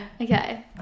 okay